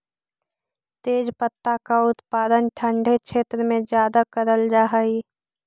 तेजपत्ता का उत्पादन ठंडे क्षेत्र में ज्यादा करल जा हई